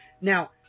now